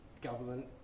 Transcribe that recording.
government